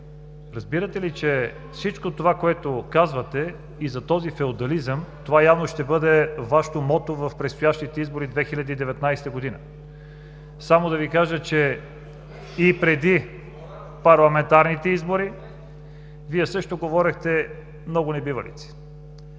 Разбирате ли, че всичко това, което казвате, и за този феодализъм, това явно ще бъде Вашето мото в предстоящите избори 2019 г. Само да Ви кажа, че и преди парламентарните избори Вие също говорехте много небивалици.